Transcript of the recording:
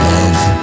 Love